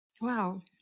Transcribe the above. Wow